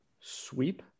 sweep